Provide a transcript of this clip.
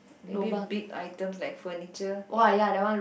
maybe big items like furniture